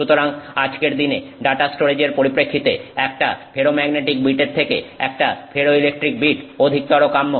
সুতরাং আজকের দিনে ডাটা স্টোরেজের পরিপ্রেক্ষিতে একটা ফেরোম্যাগনেটিক বিটের থেকে একটা ফেরোইলেকট্রিক বিট অধিকতর কাম্য